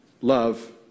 love